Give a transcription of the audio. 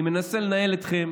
אני מנסה לנהל איתכם